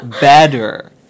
better